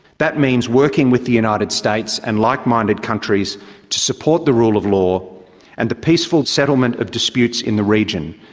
that means working with the united states and like-minded countries to support the rule of law and the peaceful settlement of disputes in the region,